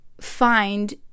find